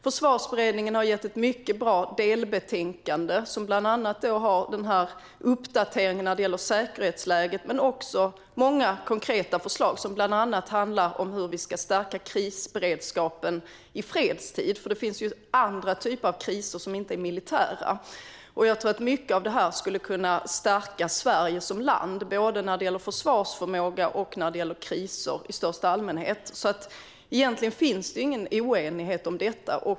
Försvarsberedningen har gett ett mycket bra delbetänkande som bland annat innehåller den här uppdateringen när det gäller säkerhetsläget men också många konkreta förslag som bland annat handlar om hur vi ska stärka krisberedskapen i fredstid; det finns ju andra typer av kriser, som inte är militära. Jag tror att mycket av det här skulle kunna stärka Sverige som land, både när det gäller försvarsförmåga och när det gäller kriser i största allmänhet. Egentligen finns det ingen oenighet om detta.